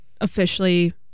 officially